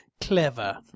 Clever